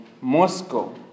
Moscow